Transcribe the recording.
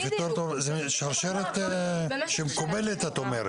שזאת שרשרת שמקובלת.